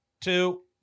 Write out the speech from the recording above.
two